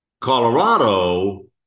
colorado